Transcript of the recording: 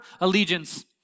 allegiance